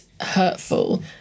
hurtful